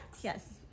yes